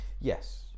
yes